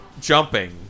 jumping